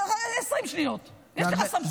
20 שניות, יש לך סמכות.